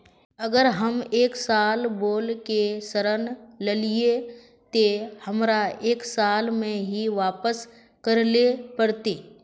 अगर हम एक साल बोल के ऋण लालिये ते हमरा एक साल में ही वापस करले पड़ते?